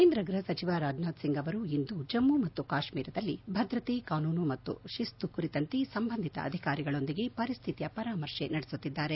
ಕೇಂದ ಗ್ಪಹ ಸಚಿವ ರಾಜ್ ನಾಥ್ ಸಿಂಗ್ ಅವರು ಇಂದು ಜಮ್ಮು ಮತ್ತು ಕಾಶ್ಮೀರದಲ್ಲಿ ಭದ್ರತೆ ಕಾನೂನು ಮತ್ತು ಸುವ್ಯವಸ್ಥೆ ಕುರಿತಂತೆ ಸಂಬಂಧಿತ ಅಧಿಕಾರಿಗಳೊಂದಿಗೆ ಪರಿಸ್ಥಿತಿಯ ಪರಾಮರ್ಶೆ ನಡೆಸುತ್ತಿದ್ದಾರೆ